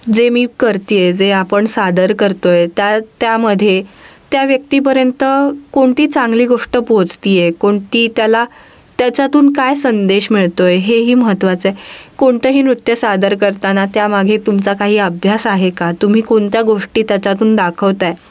जे मी करते आहे जे आपण सादर करतो आहे त्या त्यामध्ये त्या व्यक्तीपर्यंत कोणती चांगली गोष्ट पोहोचते आहे कोणती त्याला त्याच्यातून काय संदेश मिळतो आहे हे ही महत्त्वाचं आहे कोणतंही नृत्य सादर करताना त्यामागे तुमचा काही अभ्यास आहे का तुम्ही कोणत्या गोष्टी त्याच्यातून दाखवताय